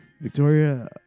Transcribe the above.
Victoria